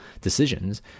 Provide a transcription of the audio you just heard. decisions